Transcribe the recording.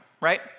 right